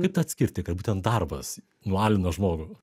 kaip tą atskirti kad būtent darbas nualina žmogų